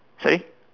sorry